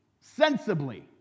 Sensibly